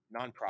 nonprofit